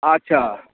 अच्छा